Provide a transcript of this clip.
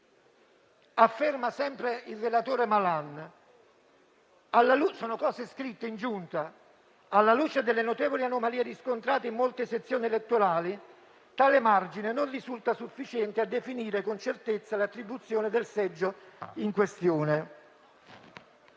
Afferma sempre il relatore Malan (sono cose scritte nei documenti della Giunta): «Alla luce delle notevoli anomalie riscontrate in molte sezioni elettorali, tale margine non risulta sufficiente a definire con certezza l'attribuzione del seggio in questione».